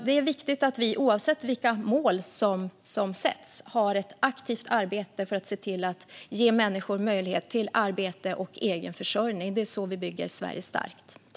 Det är viktigt att vi, oavsett vilka mål som sätts, har ett aktivt arbete för att se till att ge människor möjlighet till arbete och egen försörjning. Det är så vi bygger Sverige starkt.